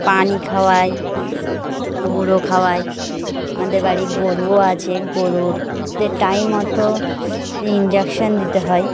পানি খাওয়াই গুঁড়ো খাওয়াই আমাদের বাড়ির গরুও আছে গরুদের টাইম মতো দিয়ে ইঞ্জেকশন দিতে হয়